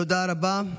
תודה רבה.